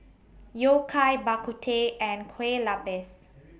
Yao Cai Bak Kut Teh and Kueh Lapis